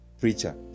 preacher